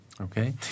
Okay